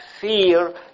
fear